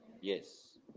Yes